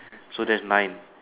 so that's nine